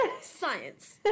Science